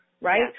right